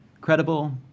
credible